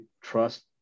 trust